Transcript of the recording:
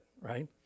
right